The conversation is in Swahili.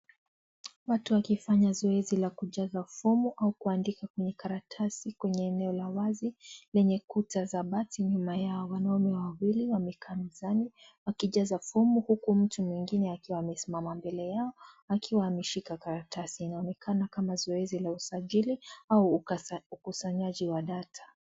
Watu wakifanya zoezi la kujaza fomu au kuandika kwenye karatasi kwenye eneo la wazi, lenye kuta za bati nyuma yao. Wanaume wawili, wamekaa mezani wakijaza fomu, huku, mtu mwingine akiwa amesimama mbele yao, akiwa ameshika karatasi. Inaoneka kama zoezi la usajili au ukusanyaji wa data.